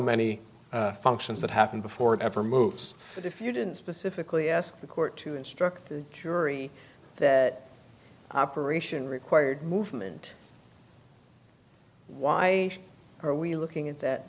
many functions that happen before it ever moves but if you didn't specifically ask the court to instruct the jury that operation required movement why are we looking at that